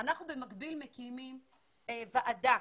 במקביל אנחנו מקימים ועדה,